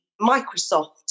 Microsoft